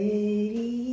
Lady